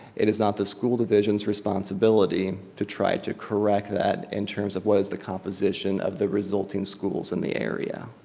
it is not the school division's responsibility to try to correct that in terms of what is the composition of the resulting schools in the area.